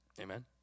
Amen